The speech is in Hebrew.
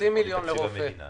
לתקציב המדינה